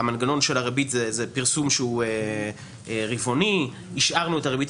בתקופה השנייה זה פיצוי בעל החוב על עלות